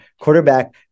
quarterback